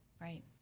Right